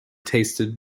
tasted